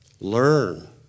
learn